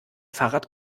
fahrrad